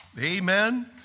Amen